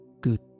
good